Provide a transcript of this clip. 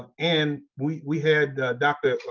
and we had dr.